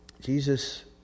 Jesus